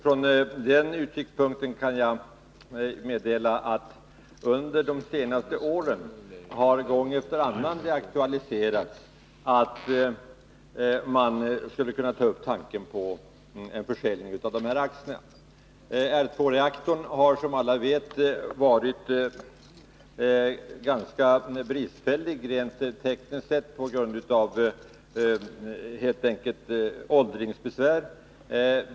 Från den utgångspunkten kan jag meddela att under de senaste åren har det gång efter annan aktualiserats att man skulle kunna ta upp tanken på en försäljning av dessa aktier. R 2-reaktorn har som alla vet varit ganska bristfällig rent tekniskt sett, helt enkelt på grund av åldersbesvär.